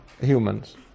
humans